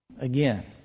again